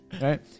right